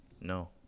No